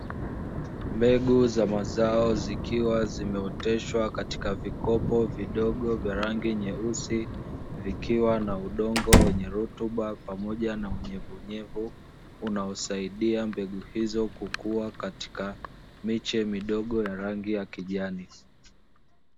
Mbegu za mazao zikiwa zimeoteshwa katika vikopo vidogo vya rangi nyeusi, vikiwa na udongo wenye rutuba pamoja na unyevuunyevu unaosaidia mbegu hizo kukua katika miche midogo ya rangi ya kijani.